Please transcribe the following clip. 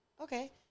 Okay